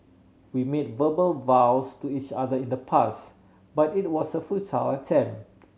we made verbal vows to each other in the past but it was a futile attempt